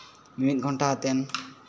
ᱢᱤᱫ ᱜᱷᱚᱱᱴᱟᱣᱟᱛᱮᱫ